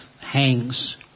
hangs